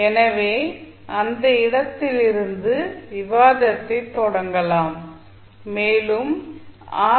எனவே அந்த இடத்திலிருந்து விவாதத்தைத் தொடங்கலாம் மேலும் ஆர்